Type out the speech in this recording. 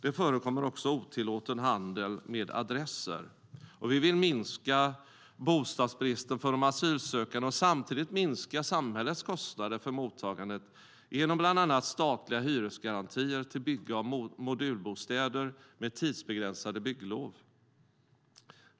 Det förekommer också otillåten handel med adresser. Vi vill minska bostadsbristen för de asylsökande och samtidigt minska samhällets kostnader för mottagandet genom bland annat statliga hyresgarantier till bygge av modulbostäder med tidsbegränsade bygglov.